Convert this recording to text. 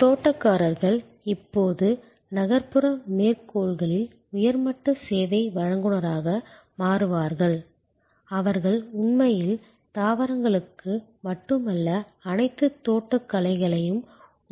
தோட்டக்காரர்கள் இப்போது நகர்ப்புற மேற்கோள்களில் உயர் மட்ட சேவை வழங்குநராக மாறுவார்கள் அவர்கள் உண்மையில் தாவரங்களுக்கு மட்டுமல்ல அனைத்து தோட்டக்கலைகளையும்